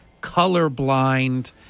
colorblind